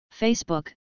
Facebook